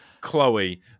Chloe